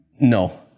No